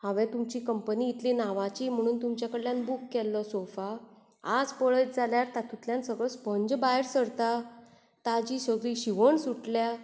हांवें तुमची कंपनी इतली नांवाची म्हणून तुमचे कडल्यान बूक केल्लो सोफा आयज पळयत जाल्यार तातुंतल्यान सगळें स्पंज भायर सरता ताजी सगळी शिवण सुटल्या